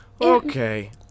okay